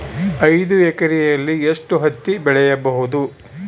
ಐದು ಎಕರೆಯಲ್ಲಿ ಎಷ್ಟು ಹತ್ತಿ ಬೆಳೆಯಬಹುದು?